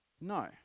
No